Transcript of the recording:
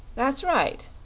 that's right,